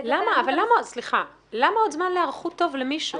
למה עוד זמן להיערכות טוב למישהו?